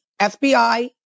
FBI